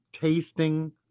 tasting